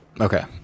Okay